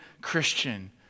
Christian